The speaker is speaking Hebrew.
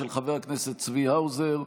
של חבר הכנסת צבי האוזר.